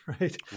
right